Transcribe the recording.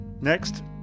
Next